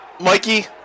Mikey